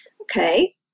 Okay